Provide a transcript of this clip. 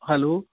hello